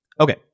okay